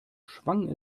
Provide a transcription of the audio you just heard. schwang